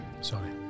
Sorry